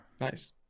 Nice